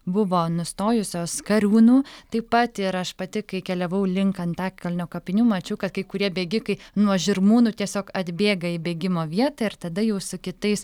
buvo nustojusios kariūnų taip pat ir aš pati kai keliavau link antakalnio kapinių mačiau kad kai kurie bėgikai nuo žirmūnų tiesiog atbėga į bėgimo vietą ir tada jau su kitais